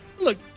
Look